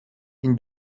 این